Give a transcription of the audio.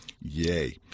Yay